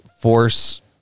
Force